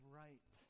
right